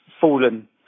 fallen